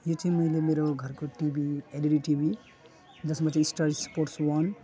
यो चाहिँ मैले मेरो घरको टिभी एलइडी टिभी जसमा चाहिँ स्टार स्पोर्ट्स वान